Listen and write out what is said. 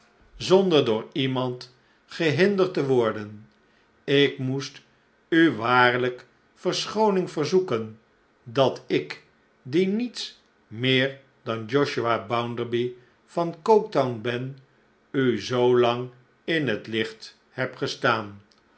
zonder door iemand gehinderd te worden ik moest u waarlijk verschooning verzoeken dat ik die niets meer dan josiah bounderby van coketown ben u zoo lang in het licht heb gestaan